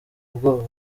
ubwoba